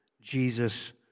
Jesus